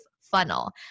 funnel